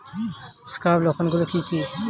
Scab লক্ষণ গুলো কি কি?